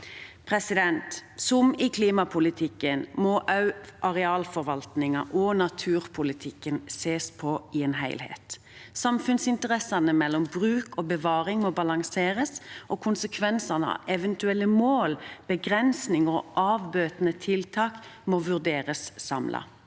støtter. Som i klimapolitikken må også arealforvaltningen og naturpolitikken ses på i en helhet. Samfunnsinteressene mellom bruk og bevaring må balanseres, og konsekvensene av eventuelle mål, begrensninger og avbøtende tiltak må vurderes samlet.